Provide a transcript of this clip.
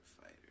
fighter